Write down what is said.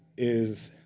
is